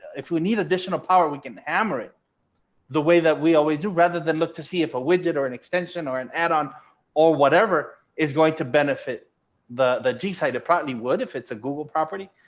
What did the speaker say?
if we need additional power, we can hammer it the way that we always do rather than look to see if a widget or an extension or an add on or whatever is going to benefit the the g site apparently would if it's a google property,